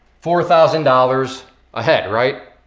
four thousand dollars ahead, right?